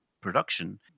production